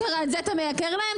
לייקר להם.